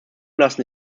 lassen